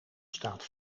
staat